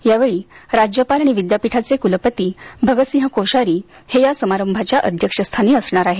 यावेळी राज्यपाल आणि विद्यापीठाचे कुलपती भगत सिंह कोश्यारी हे या समारंभाच्या अध्यक्षस्थानी असणार आहेत